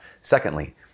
Secondly